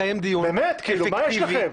באמת, מה יש לכם?